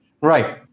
right